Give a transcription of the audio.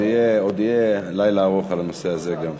עוד יהיה לילה ארוך על הנושא הזה, גם.